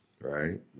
right